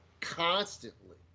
constantly